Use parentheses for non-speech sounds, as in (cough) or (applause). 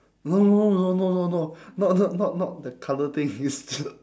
no no no no no no no not not not not the colour thing you st~ (noise)